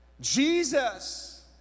Jesus